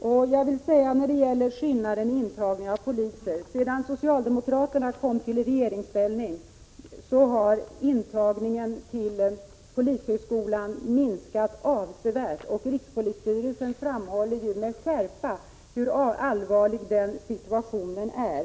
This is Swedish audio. Beträffande skillnaden i antalet intagna till polishögskolan vill jag säga att sedan socialdemokraterna kom till regeringsställning har intagningen till polishögskolan minskat avsevärt. Rikspolisstyrelsen framhåller med skärpa hur allvarlig situationen är.